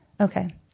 okay